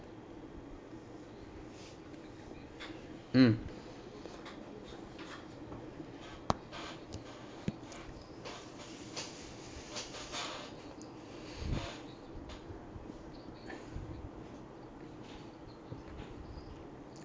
mm